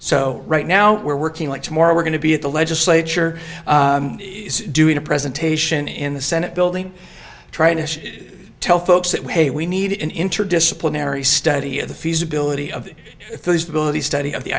so right now we're working like tomorrow we're going to be at the legislature doing a presentation in the senate building trying to tell folks that way we need an interdisciplinary study of the feasibility